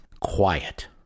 quiet